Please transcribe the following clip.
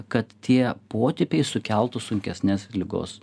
kad tie potipiai sukeltų sunkesnes ligos